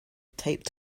taped